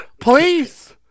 Please